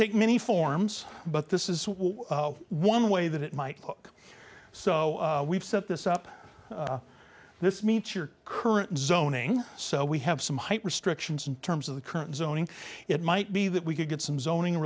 take many forms but this is one way that it might look so we've set this up this meets your current zoning so we have some height restrictions in terms of the current zoning it might be that we could get some zoning